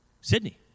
Sydney